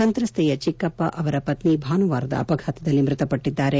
ಸಂತ್ರಸ್ತೆಯ ಚಿಕ್ಕಪ್ಪ ಅವರ ಪತ್ನಿ ಭಾನುವಾರದ ಅಪಘಾತದಲ್ಲಿ ಮೃತಪಟ್ಟದ್ದಾರೆ